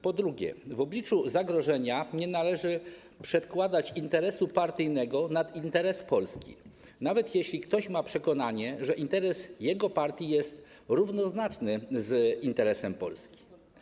Po drugie, w obliczu zagrożenia nie należy przedkładać interesu partyjnego nad interes Polski, nawet jeśli ktoś ma przekonanie, że interes jego partii jest równoznaczny z interesem Polski.